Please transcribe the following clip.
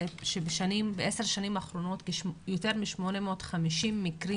זה שבעשר השנים האחרונות יותר מ-850 מקרים